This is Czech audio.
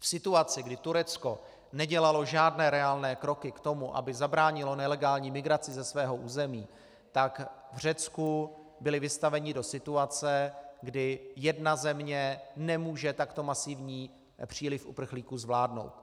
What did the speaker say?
V situaci, kdy Turecko nedělalo žádné reálné kroky k tomu, aby zabránilo nelegální migraci ze svého území, v Řecku byli vystaveni do situace, kdy jedna země nemůže takto masivní příliv uprchlíků zvládnout.